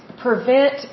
prevent